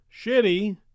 shitty